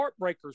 Heartbreakers